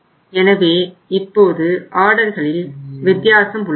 எனவே இப்போது ஆர்டர்களில் வித்தியாசம் உள்ளது